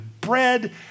bread